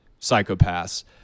psychopaths